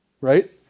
right